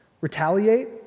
Retaliate